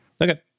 Okay